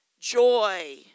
joy